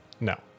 No